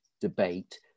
debate